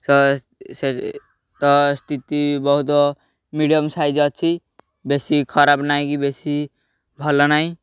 ତ ତ ସ୍ଥିତି ବହୁତ ମିଡ଼ିୟମ୍ ସାଇଜ୍ ଅଛି ବେଶି ଖରାପ ନାହିଁ କି ବେଶୀ ଭଲ ନାହିଁ